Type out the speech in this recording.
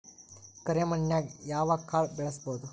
ಕರೆ ಮಣ್ಣನ್ಯಾಗ್ ಯಾವ ಕಾಳ ಬೆಳ್ಸಬೋದು?